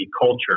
culture